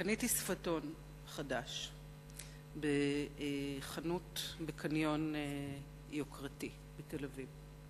קניתי שפתון חדש בחנות בקניון יוקרתי בתל-אביב.